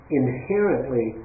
inherently